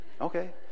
Okay